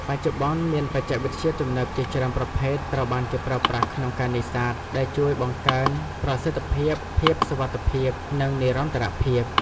បច្ចុប្បន្ន មានបច្ចេកវិទ្យាទំនើបជាច្រើនប្រភេទត្រូវបានគេប្រើប្រាស់ក្នុងការនេសាទ ដែលជួយបង្កើនប្រសិទ្ធភាព ភាពសុវត្ថិភាព និងនិរន្តរភាព។